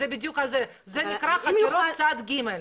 זה נקרא חקירות צד ג'.